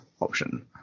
option